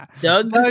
Doug